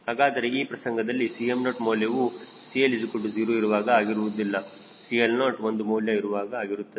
ಹಾಗಾದರೆ ಈ ಪ್ರಸಂಗದಲ್ಲಿ Cm0 ಮೌಲ್ಯವು CL 0 ಇರುವಾಗ ಆಗಿರುವುದಲ್ಲ CL0 ಒಂದು ಮೌಲ್ಯ ಇರುವಾಗ ಆಗಿರುತ್ತದೆ